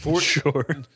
Sure